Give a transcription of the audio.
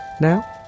now